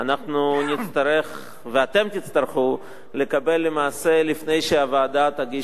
אנחנו נצטרך ואתם תצטרכו לקבל לפני שהוועדה תגיש את מסקנותיה.